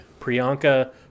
Priyanka